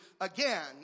again